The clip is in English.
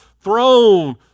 throne